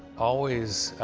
always